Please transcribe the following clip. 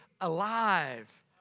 alive